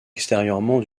extérieurement